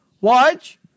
watch